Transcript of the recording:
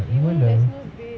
even there's no bed